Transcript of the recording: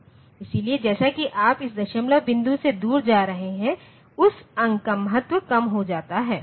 इसलिए जैसा कि आप इस दशमलव बिंदु से दूर जा रहे हैं उस अंक का महत्व कम हो जाता है